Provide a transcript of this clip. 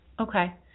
Okay